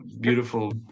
beautiful